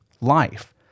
life